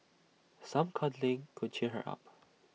some cuddling could cheer her up